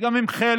שגם הם חלק